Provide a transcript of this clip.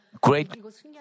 great